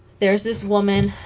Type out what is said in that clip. there's this woman